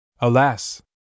Alas